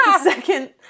second